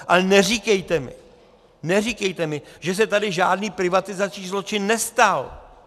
Ale neříkejte mi, neříkejte mi, že se tady žádný privatizační zločin nestal.